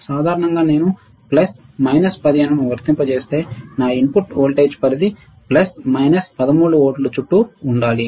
సాధారణంగా నేను plus minus 15 ను వర్తింపజేస్తే నా ఇన్పుట్ వోల్టేజ్ పరిధి ప్లస్ మైనస్ 13 వోల్టులు చుట్టూ ఉండాలి